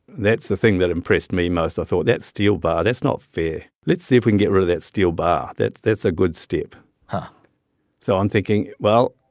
that's the thing that impressed me most. i thought that steel bar, that's not fair. let's see if we can get rid of that steel bar. that's that's a good step huh so i'm thinking, well,